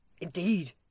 Indeed